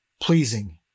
pleasing